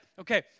Okay